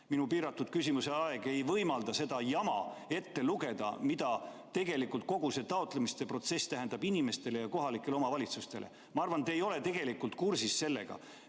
omavalitsustes. Piiratud küsimuse aeg ei võimalda mul kogu seda jama ette lugeda, mida tegelikult kogu see taotlemiste protsess tähendab inimestele ja kohalikele omavalitsustele. Ma arvan, te ei ole tegelikult kursis sellega,